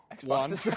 One